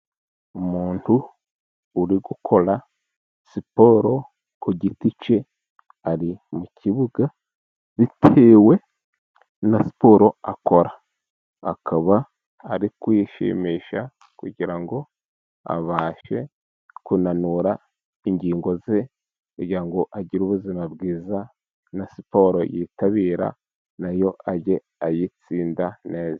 Umuntu uri gukora siporo ku giti cye, ari mu kibuga bitewe na siporo akora. Akaba ari kwishimisha kugira ngo abashe kunanura ingingo ze, kugira ngo agire ubuzima bwiza, na siporo yitabira nayo ajye ayitsinda neza.